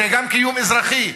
זה גם קיום אזרחי,